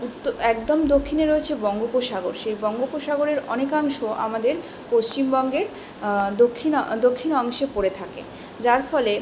উত্ত একদম দক্ষিণে রয়েছে বঙ্গোপসাগর সেই বঙ্গোপসাগরের অনেকাংশ আমাদের পশ্চিমবঙ্গের দক্ষিণ দক্ষিণ অংশে পড়ে থাকে যার ফলে